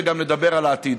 וגם נדבר על העתיד.